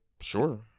sure